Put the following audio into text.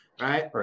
Right